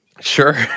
Sure